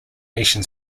nation